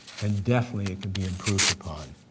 and definitely it can be improved upon.